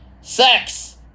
Sex